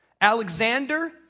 Alexander